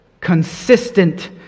consistent